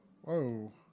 whoa